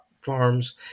farms